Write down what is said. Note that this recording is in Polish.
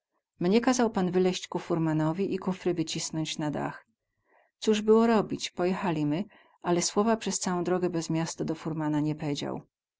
mnie kazał pan wyleźć ku furmanowi i kufry wycisnąć na dach coz było robić pojechalimy alech słowa przez całą drogę bez miasto do furmana nie pedział